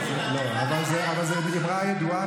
אבל זאת אמרה ידועה,